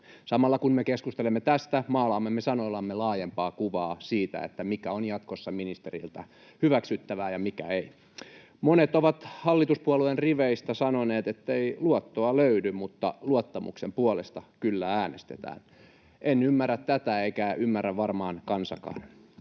Samalla kun me keskustelemme tästä, maalaamme sanoillamme laajempaa kuvaa siitä, mikä on jatkossa ministeriltä hyväksyttävää ja mikä ei. Monet ovat hallituspuolueen riveistä sanoneet, ettei luottoa löydy, mutta luottamuksen puolesta kyllä äänestetään. En ymmärrä tätä eikä ymmärrä varmaan kansakaan.